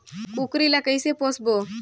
कूकरी ला कइसे पोसबो?